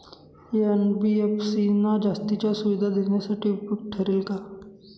NBFC ना जास्तीच्या सुविधा देण्यासाठी उपयुक्त ठरेल का?